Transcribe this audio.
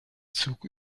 zug